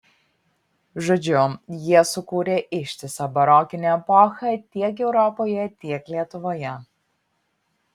žodžiu jie sukūrė ištisą barokinę epochą tiek europoje tiek lietuvoje